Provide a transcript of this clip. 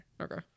Okay